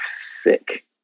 sick